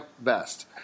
best